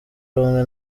rumwe